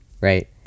Right